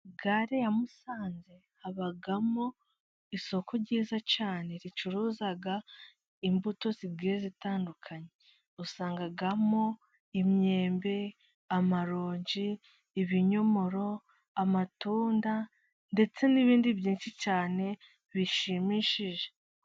Gare ya Musanze habamo isoko ryiza cyane, ricuruza imbuto zigiye zitandukanye. Usangamo imyembe, amaronji, ibinyomoro, amatunda, ndetse n'ibindi byinshi cyane bishimishije.